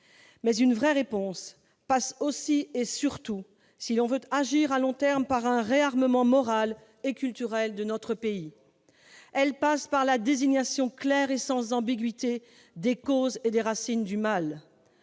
une véritable réponse passe aussi, et surtout, par un réarmement moral et culturel de notre pays. Elle passe par la désignation claire et sans ambiguïté des causes et des racines du mal.